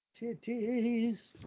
Titties